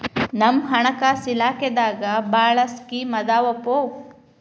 ನಮ್ ಹಣಕಾಸ ಇಲಾಖೆದಾಗ ಭಾಳ್ ಸ್ಕೇಮ್ ಆದಾವೊಪಾ